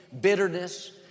bitterness